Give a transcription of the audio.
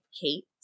Kate